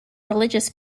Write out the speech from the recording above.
religious